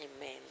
Amen